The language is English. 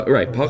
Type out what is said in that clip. Right